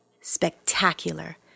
spectacular